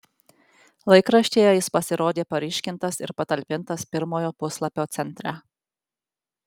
laikraštyje jis pasirodė paryškintas ir patalpintas pirmojo puslapio centre